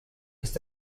ist